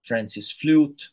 francis fliut